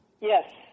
Yes